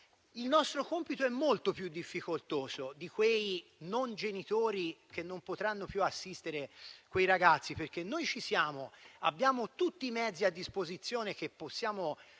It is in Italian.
il nostro compito è molto più difficoltoso di quei genitori che non potranno più assistere quei ragazzi, perché noi ci siamo, abbiamo tutti i mezzi a disposizione di cui possiamo